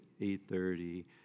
8.30